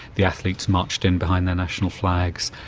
the athletes marched in behind their national flags,